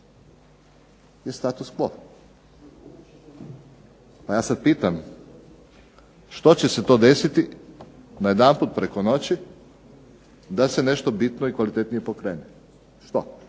je status quo. A ja sada pitam što će se to desiti najedanput preko noći da se nešto bitnije pokrene, što?